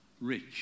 rich